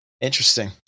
Interesting